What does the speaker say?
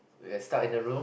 we are stuck in a room